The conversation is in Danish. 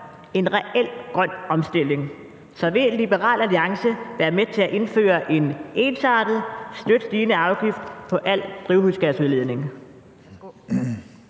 en reel grøn omstilling. Så vil Liberal Alliance være med til at indføre en ensartet støt stigende afgift på al drivhusgasudledning?